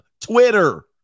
Twitter